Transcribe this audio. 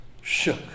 shook